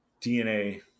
DNA